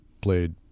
played